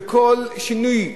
וכל שינוי,